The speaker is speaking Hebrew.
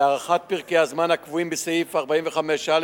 והארכת פרקי הזמן הקבועים בסעיף 45א